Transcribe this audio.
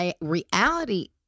reality